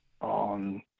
on